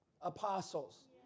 apostles